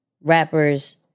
rappers